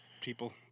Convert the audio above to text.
people